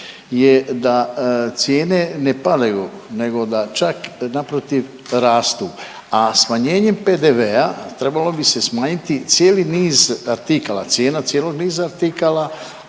je da cijene ne padaju, nego da čak naprotiv rastu, a smanjenjem PDV-a trebalo bi se smanjiti cijeli niz artikala, cijena cijelog niza artikala